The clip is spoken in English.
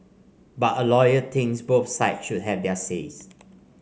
but a lawyer thinks both sides should have their says